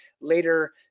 later